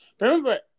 Remember